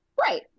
Right